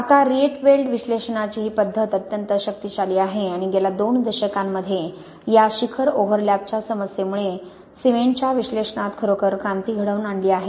आता रिएटवेल्ड विश्लेषणाची ही पद्धत अत्यंत शक्तिशाली आहे आणि गेल्या दोन दशकांमध्ये या शिखर ओव्हरलॅपच्या समस्येमुळे सिमेंटच्या विश्लेषणात खरोखर क्रांती घडवून आणली आहे